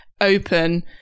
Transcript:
open